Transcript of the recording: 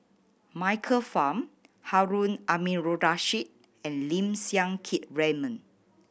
Michael Fam Harun Aminurrashid and Lim Siang Keat Raymond